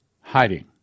hiding